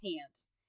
pants